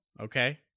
okay